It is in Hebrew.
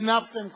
"זינבתם קולות".